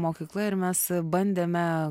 mokykla ir mes bandėme